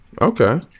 Okay